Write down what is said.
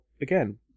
again